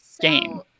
game